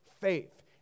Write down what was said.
faith